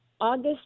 August